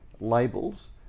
labels